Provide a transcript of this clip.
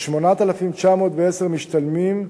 8,910 משתלמים,